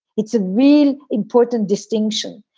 it's a real important distinction.